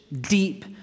deep